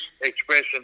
expression